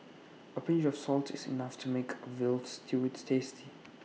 A pinch of salt is enough to make A Veal Stew tasty